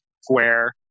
square